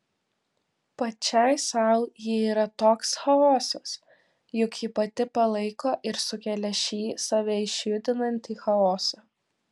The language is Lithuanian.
pačiai sau ji yra toks chaosas juk ji pati palaiko ir sukelia šį save išjudinantį chaosą